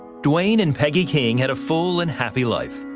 duane and peggy king had a full and happy life.